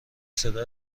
صدا